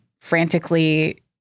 frantically